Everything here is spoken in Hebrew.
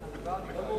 להסיר